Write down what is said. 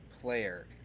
player